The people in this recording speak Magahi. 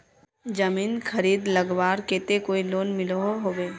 जमीन खरीद लगवार केते कोई लोन मिलोहो होबे?